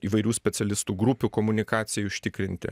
įvairių specialistų grupių komunikacijai užtikrinti